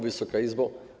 Wysoka Izbo!